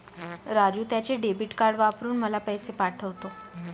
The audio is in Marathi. राजू त्याचे डेबिट कार्ड वापरून मला पैसे पाठवतो